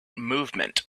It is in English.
movement